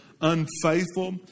unfaithful